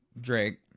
drake